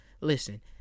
Listen